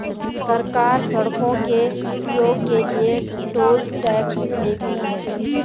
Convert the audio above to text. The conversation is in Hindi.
सरकार सड़कों के उपयोग के लिए टोल टैक्स लेती है